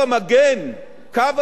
קו המגן היחידי,